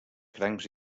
crancs